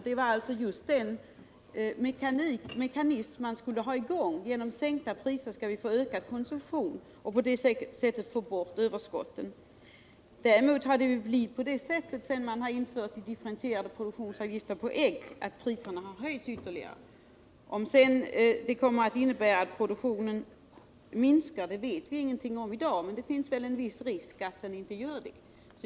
Det var alltså den mekanism man skulle ha i gång — genom sänkta priser skall vi få ökad konsumtion och på det sättet få bort överskotten. Däremot har det ju blivit på det sättet, sedan man infört den differentierade produktionsavgiften på ägg, att priserna har höjts ytterligare. Om det sedan kommer att innebära att produktionen minskar vet vi ingenting om i dag, men det finns en viss risk att den inte gör det.